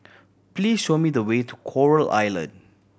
please show me the way to Coral Island